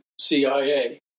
CIA